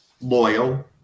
loyal